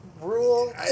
rule